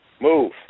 Move